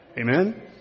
Amen